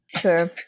Sure